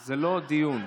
זה לא דיון,